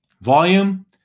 Volume